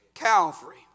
Calvary